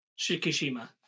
Shikishima